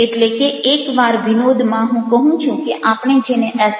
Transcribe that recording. એટલે કે એકવાર વિનોદમાં હું કહું છું કે આપણે જેને એસ